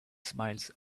smiles